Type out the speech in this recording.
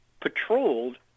patrolled